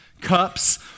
cups